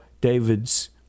David's